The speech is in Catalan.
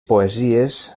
poesies